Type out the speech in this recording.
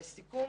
לסיכום